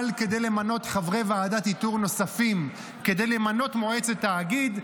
כדי למנות חברי ועדת איתור נוספים כדי למנות מועצת תאגיד,